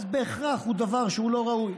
אז בהכרח היא דבר שהוא לא ראוי.